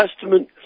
Testament